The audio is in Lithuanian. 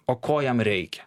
o ko jam reikia